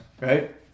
Right